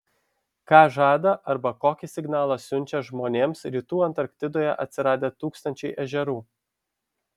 ką žada arba kokį signalą siunčia žmonėms rytų antarktidoje atsiradę tūkstančiai ežerų